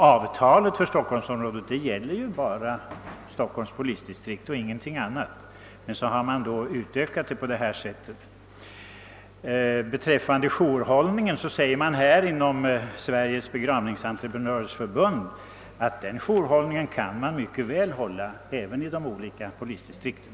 Avtalet för stockholmsområdet gäller bara Stockholms polisdistrikt och ingenting annat. Sveriges begravningsentreprenörers förbund säger att de olika polisdistrikten mycket väl själva kan svara för jourhållningen.